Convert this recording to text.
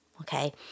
okay